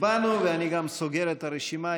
הצבענו ואני גם סוגר את הרשימה,